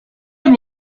dan